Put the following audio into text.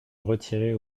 retirer